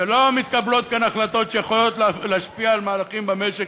שלא מתקבלות כאן החלטות שיכולות להשפיע על מהלכים במשק,